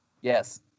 Yes